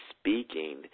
speaking